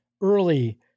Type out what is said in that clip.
early